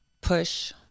push